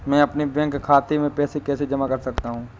मैं अपने बैंक खाते में पैसे कैसे जमा कर सकता हूँ?